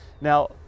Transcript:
Now